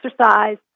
exercise